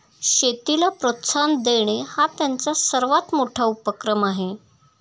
शेतीला प्रोत्साहन देणे हा त्यांचा सर्वात मोठा उपक्रम आहे